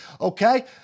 Okay